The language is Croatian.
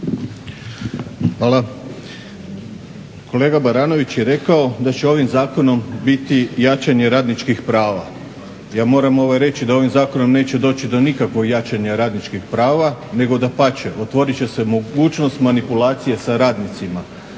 Hvala. Kolega Baranović je rekao da će ovim zakonom biti jačanje radničkih prava. Ja moram reći da ovim Zakonom neće doći do nikakvog jačanja radničkih prava, nego dapače, otvorit će se mogućnost manipulacije sa radnicima.